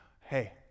hey